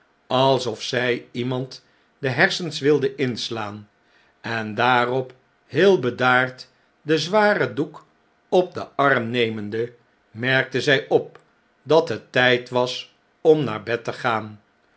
alsof zy iemand de hersens wilde inslaan en daarop heel bedaard den zwaren doek op den arm nemende merkte zij op dat het tijd was om naar bed te gaan